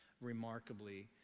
remarkably